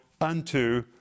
unto